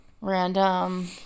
random